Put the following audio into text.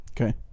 Okay